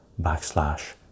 backslash